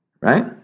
right